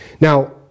Now